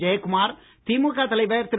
ஜெயகுமார் திமுக தலைவர் திரு